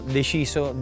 deciso